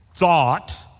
thought